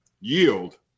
yield